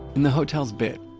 and the hotels bit,